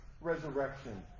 resurrection